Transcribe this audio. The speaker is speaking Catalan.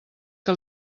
que